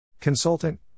Consultant